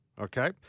okay